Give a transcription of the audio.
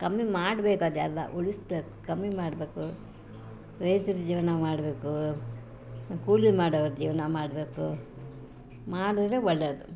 ಕಮ್ಮಿ ಮಾಡ್ಬೇಕು ಅದೆಲ್ಲ ಉಳಿಸ್ಬೇಕು ಕಮ್ಮಿ ಮಾಡಬೇಕು ರೈತ್ರು ಜೀವನ ಮಾಡಬೇಕು ಕೂಲಿ ಮಾಡೋವ್ರು ಜೀವನ ಮಾಡಬೇಕು ಮಾಡಿದ್ರೆ ಒಳ್ಳೇದು